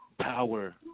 power